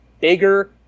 bigger